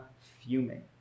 fuming